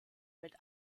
mit